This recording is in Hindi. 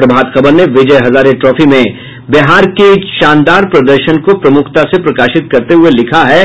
प्रभात खबर ने विजय हजारे ट्राफी में बिहार के शानदार प्रदर्शन को प्रमुखता से प्रकाशित करते हुये लिखा है